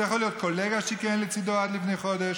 זה יכול להיות קולגה שכיהן לצידו עד לפני חודש,